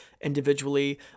individually